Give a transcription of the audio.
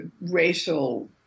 racial